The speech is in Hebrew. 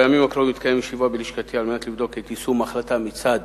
בימים הקרובים תתקיים ישיבה בלשכתי על מנת לבדוק את יישום ההחלטה מצד